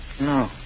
No